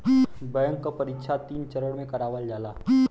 bank क परीक्षा तीन चरण में करावल जाला